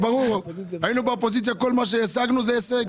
היינו באופוזיציה, כל מה שהשגנו זה הישג.